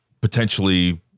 potentially